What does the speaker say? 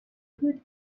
put